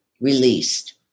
released